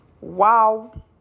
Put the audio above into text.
wow